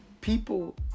people